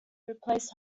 replaced